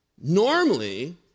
Normally